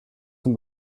zum